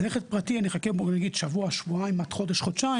ללכת פרטי אני אחכה שבוע-שבועיים עד חודש-חודשיים,